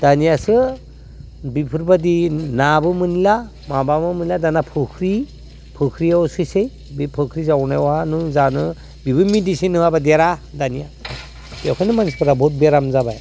दानियासो बिफोरबादि नाबो मोनलिया माबाबो मोनलिया दाना फुख्रि फुख्रियाव एसे एसे बे फुख्रि जावनायावहा नों जानो बिबो मेडिसिन नङाब्ला देरा दानिया बेवखायनो मानसिफोरा बहुद बेराम जाबाय